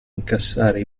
incassare